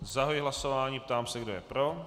Zahajuji hlasování a ptám se, kdo je pro.